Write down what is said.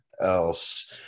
else